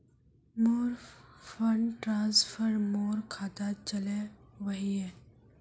मोर fund transfer मोर खातात चले वहिये